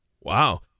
Wow